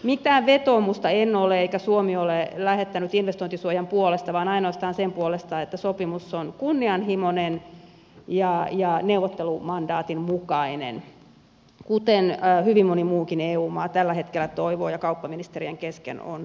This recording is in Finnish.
mitään vetoomusta en ole eikä suomi ole lähettänyt investointisuojan puolesta vaan ainoastaan sen puolesta että sopimus on kunnianhimoinen ja neuvottelumandaatin mukainen kuten hyvin moni muukin eu maa tällä hetkellä toivoo ja kauppaministereiden kesken on linjattu